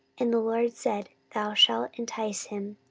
and the lord said, thou shalt entice him,